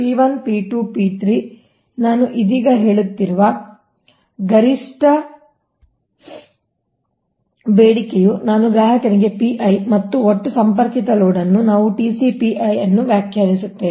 ಆದ್ದರಿಂದ P1 P2 P3 ನಾನು ಇದೀಗ ಹೇಳುತ್ತಿರುವ ಗರಿಷ್ಠ ಬೇಡಿಕೆಯು ನಾನು ಗ್ರಾಹಕನಿಗೆ Pi ಮತ್ತು ಒಟ್ಟು ಸಂಪರ್ಕಿತ ಲೋಡ್ ಅನ್ನು ನಾವು TCPi ಅನ್ನು ವ್ಯಾಖ್ಯಾನಿಸುತ್ತೇವೆ